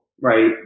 right